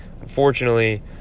unfortunately